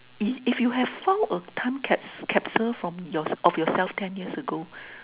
if if you have found a time cap~ capsule from yours of yourself ten years ago